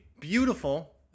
beautiful